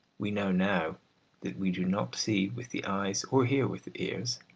we know now that we do not see with the eyes or hear with the ears.